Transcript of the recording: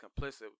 complicit